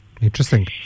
interesting